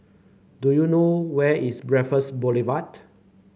do you know where is Raffles Boulevard